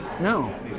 No